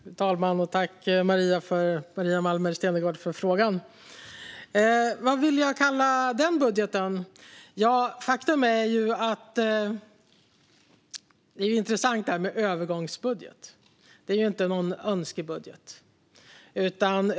Fru talman! Tack, Maria Malmer Stenergard, för frågan! Vad vill jag kalla den budgeten? Det är intressant med en övergångsbudget. Det är ju inte någon önskebudget.